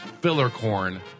Fillercorn